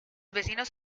vecinos